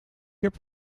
heb